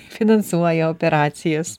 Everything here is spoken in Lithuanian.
finansuoja operacijas